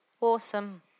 Awesome